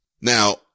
Now